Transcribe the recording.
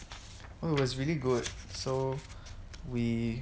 oh it was really good so we